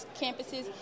campuses